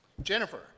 Jennifer